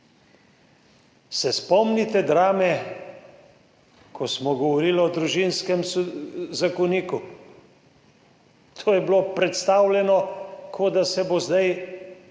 Se spomnite drame, ko smo govorili o Družinskem zakoniku? To je bilo predstavljeno tako, kot da se bo zdaj narod v enem